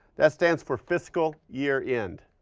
that stands for fiscal year end,